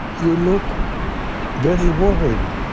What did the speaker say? you look very worried,